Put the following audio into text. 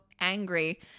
angry